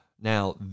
Now